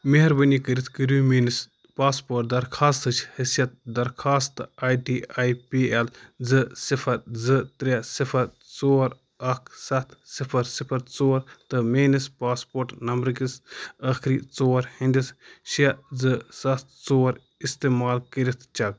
مہربٲنی کٔرتھ کٔرو میٛٲنِس پاسپورٹ درخوٛاستٕچ حیثیت درخوٛاست A D A P L زٕ صِفر زٕ ترٛےٚ صِفر ژور اکھ سَتھ صِفر صِفر ژور تہٕ میٛٲنِس پاسپورٹ نمبرٕکِس ٲخٕری ژور ہنٛدِس شےٚ زٕ سَتھ ژور استعمال کٔرتھ چیٚک